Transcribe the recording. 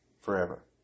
Forever